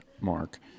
Mark